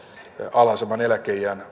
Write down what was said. alhaisemman eläkeiän